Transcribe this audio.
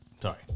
Sorry